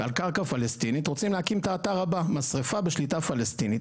ועל קרקע פלסטינית רוצים להקים את האתר הבא - משרפה בשליטה פלסטינית.